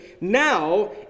Now